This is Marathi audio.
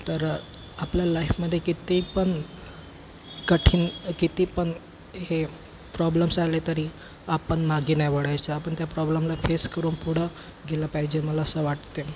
तर आपल्या लाईफमध्ये किती पण कठीण किती पण हे प्रॉब्लम्स आले तरी आपण मागे नाही वळायचं आपण त्या प्रॉब्लमला फेस करून पुढं गेलं पाहिजे मला असं वाटते